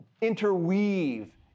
interweave